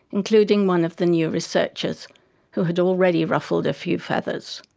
including one of the new researchers who had already ruffled a few feathers.